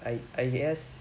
I I guess